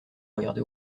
regarder